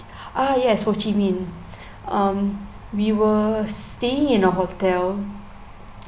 ah yes ho chi minh um we were staying in a hotel